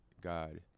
God